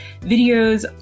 videos